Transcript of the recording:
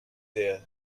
there